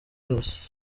yose